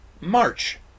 March